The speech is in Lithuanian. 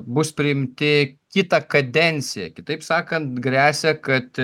bus priimti kitą kadenciją kitaip sakant gresia kad